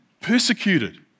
persecuted